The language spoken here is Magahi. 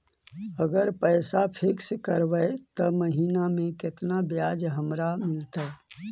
अगर पैसा फिक्स करबै त महिना मे केतना ब्याज हमरा मिलतै?